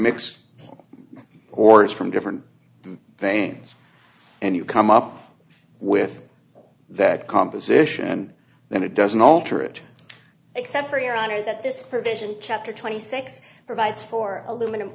mix orange from different things and you come up with that composition and then it doesn't alter it except for your honor that this provision chapter twenty six provides for aluminum